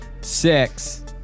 Six